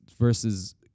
versus